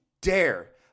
dare